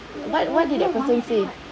what what did that person say